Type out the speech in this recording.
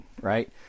right